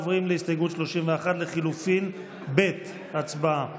עוברים להסתייגות 31 לחלופין ב' הצבעה.